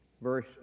Verse